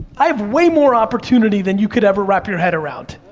i have way more opportunity than you could ever wrap your head around.